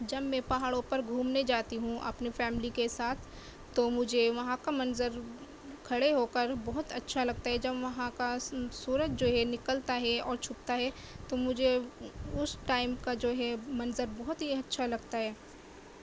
جب میں پہاڑوں پر گھومنے جاتی ہوں اپنی فیملی کے ساتھ تو مجھے وہاں کا منظر کھڑے ہو کر بہت اچھا لگتا ہے جب وہاں کا سورج جو ہے نکلتا ہے اور چھپتا ہے تو مجھے اس ٹائم کا جو ہے منظر بہت ہی اچھا لگتا ہے